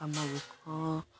ଆମ